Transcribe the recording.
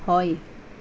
হয়